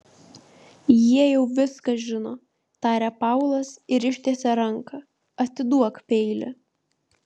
jie jau viską žino tarė paulas ir ištiesė ranką atiduok peilį